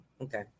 Okay